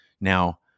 Now